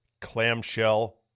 clamshell